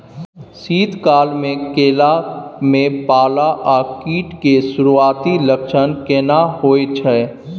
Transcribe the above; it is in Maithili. शीत काल में केला में पाला आ कीट के सुरूआती लक्षण केना हौय छै?